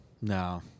no